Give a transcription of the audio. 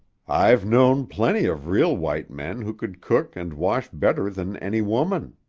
i've known plenty of real white men who could cook and wash better than any woman.